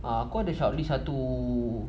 err aku ada shortlist satu